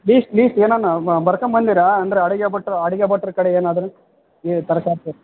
list list ಏನಾರ ಬರ್ಕೋಬಂದಿರ ಅಂದ್ರೆ ಅಡುಗೆ ಭಟ್ರ ಅಡುಗೆ ಭಟ್ರ ಕಡೆ ಏನಾದರೂ ಏನು ತರಕಾರಿ